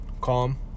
calm